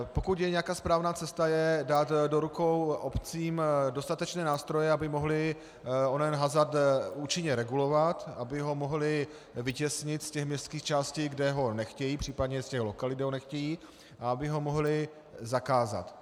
Pokud je nějaká správná cesta, je dát do rukou obcím dostatečné nástroje, aby mohly onen hazard účinně regulovat, aby ho mohly vytěsnit z těch městských částí, kde ho nechtějí, případně z lokalit, kde ho nechtějí, a aby ho mohly zakázat.